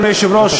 אדוני היושב-ראש,